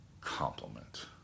compliment